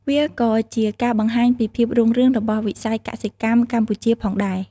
វាក៏ជាការបង្ហាញពីភាពរុងរឿងរបស់វិស័យកសិកម្មកម្ពុជាផងដែរ។